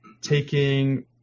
taking